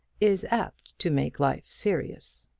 is apt to make life serious.